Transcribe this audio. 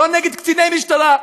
לא נגד קציני משטרה,